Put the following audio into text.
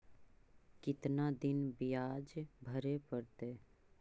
कितना दिन बियाज भरे परतैय?